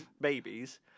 babies